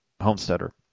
Homesteader